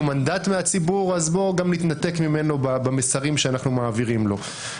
מנדט מהציבור אז בואו נתנתק ממנו במסרים שאנחנו מעבירים לו.